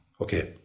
okay